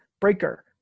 Breaker